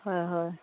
হয় হয়